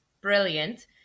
Brilliant